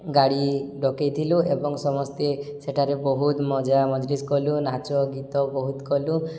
ଗାଡ଼ି ଡକେଇଥିଲୁ ଏବଂ ସମସ୍ତେ ସେଠାରେ ବହୁତ ମଜା ମଜଲିସ୍ କଲୁ ନାଚ ଗୀତ ବହୁତ କଲୁ